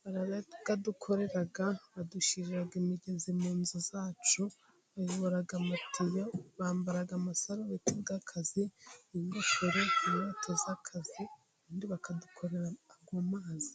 barayadukorera, badushyirira imigezi mu nzu zacu, bayobora amatiyo, bambara amasarubeti y'akazi, ingofero, inkweto z'akazi, ubundi bakadukorera ayo mazi.